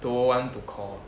don't want to call